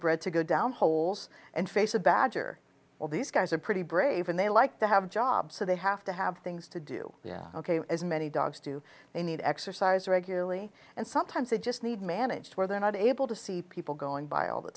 bred to go down holes and face a badger or these guys are pretty brave and they like to have a job so they have to have things to do yeah ok as many dogs do they need exercise regularly and sometimes they just need manage where they're not able to see people going by all the